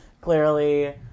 Clearly